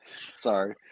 Sorry